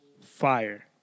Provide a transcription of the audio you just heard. fire